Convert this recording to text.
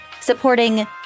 supporting